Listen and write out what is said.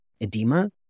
edema